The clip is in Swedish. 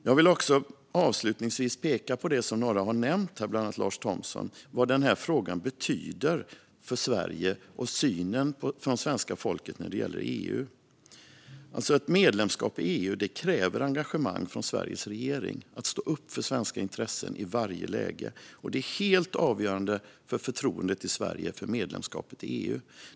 Jag vill avslutningsvis peka på det som några, bland annat Lars Thomsson, har nämnt här om vad den här frågan betyder för Sverige och synen på EU hos svenska folket. Ett medlemskap i EU kräver engagemang från Sveriges regering när det gäller att stå upp för svenska intressen i varje läge. Det är helt avgörande för förtroendet i Sverige för medlemskapet i EU.